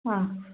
हा